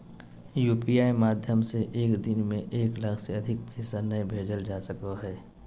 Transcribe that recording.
UPI माध्यम से एक दिन में एक लाख से अधिक पैसा नय भेजल जा सको हय